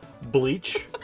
bleach